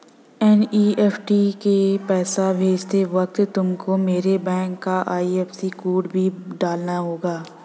NEFT से पैसा भेजते वक्त तुमको मेरे बैंक का आई.एफ.एस.सी कोड भी डालना होगा